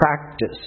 practice